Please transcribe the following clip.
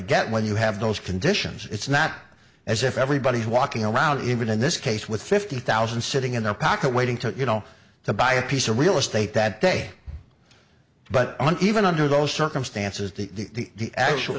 get when you have those conditions it's not as if everybody is walking around even in this case with fifty thousand sitting in their pocket waiting to you know to buy a piece of real estate that day but even under those circumstances the